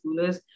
schoolers